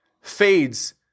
fades